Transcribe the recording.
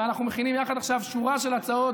ועכשיו אנחנו מכינים יחד שורה של הצעות,